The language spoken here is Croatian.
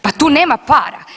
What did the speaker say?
Pa tu nema para.